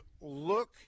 look